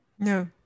No